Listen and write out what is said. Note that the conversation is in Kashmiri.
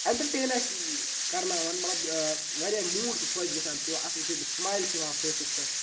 اٮ۪نٹَرٹین اَسہِ کَرناوان مطلب واریاہ موٗڈ چھِ خۄش گژھان تہٕ اَصٕل چھِ سٕمایل چھِ یِوان فیسَس پٮ۪ٹھ